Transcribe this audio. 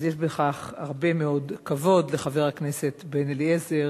אז יש בכך הרבה מאוד כבוד לחבר הכנסת בן-אליעזר,